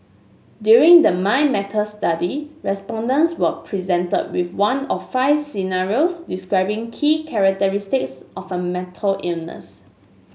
during the Mind Matters study respondents were presented with one of five scenarios describing key characteristics of a mental illness